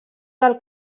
del